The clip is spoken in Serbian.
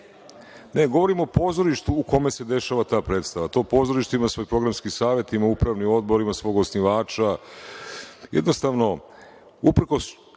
kulture…Govorim o pozorištu u kome se dešava ta predstava. To pozorište ima svoj programski savet, ima upravni odbor, ima svog